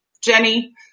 Jenny